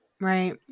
right